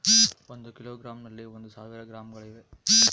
ಒಂದು ಕಿಲೋಗ್ರಾಂ ನಲ್ಲಿ ಒಂದು ಸಾವಿರ ಗ್ರಾಂಗಳಿವೆ